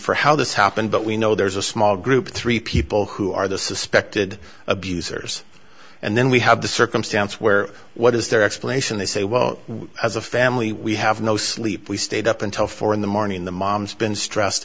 for how this happened but we know there's a small group of three people who are the suspected abusers and then we have the circumstance where what is their explanation they say well as a family we have no sleep we stayed up until four in the morning the mom's been stressed